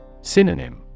Synonym